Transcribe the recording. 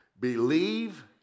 believe